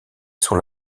son